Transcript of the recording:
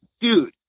dude